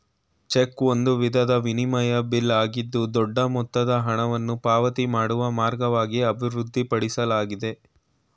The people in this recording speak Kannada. ಚೆಕ್ ಒಂದು ವಿಧದ ವಿನಿಮಯ ಬಿಲ್ ಆಗಿದ್ದು ದೊಡ್ಡ ಮೊತ್ತದ ಹಣವನ್ನು ಪಾವತಿ ಮಾಡುವ ಮಾರ್ಗವಾಗಿ ಅಭಿವೃದ್ಧಿಪಡಿಸಲಾಗಿದೆ